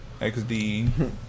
XD